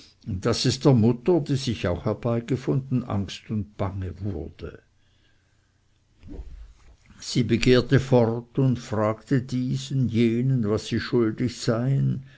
daß es der mutter die sich auch herbeigefunden angst und bange wurde sie begehrte fort und fragte diesen jenen was sie schuldig seien